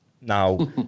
Now